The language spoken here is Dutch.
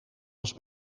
was